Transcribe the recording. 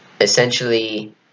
essentially